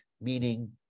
meaning